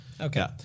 Okay